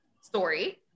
story